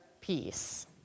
peace